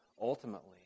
ultimately